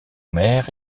mère